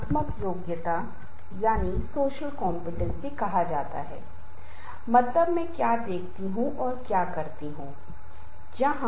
तो यह एक ऐसी चीज है जिससे हर कोई बचने की कोशिश करता है लेकिन तथ्य यह है कि यह अपरिहार्य है कि हम चाहे या न चाहे यह हमेशा रहेगा